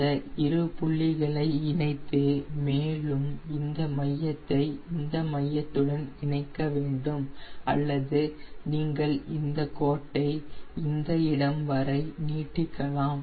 இந்த இரு புள்ளிகளை இணைத்து மேலும் இந்த மையத்தை இந்த மையத்துடன் இணைக்க வேண்டும் அல்லது நீங்கள் இந்த கோட்டை இந்த இடம் வரை நீட்டிக்கலாம்